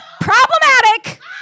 problematic